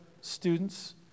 students